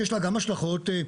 שיש לה גם השלכות כספיות,